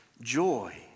joy